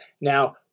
now